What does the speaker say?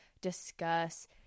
discuss